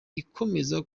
ikomeza